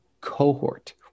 cohort